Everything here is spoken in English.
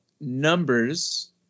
Numbers